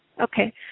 Okay